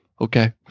okay